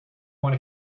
want